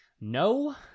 no